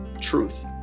truth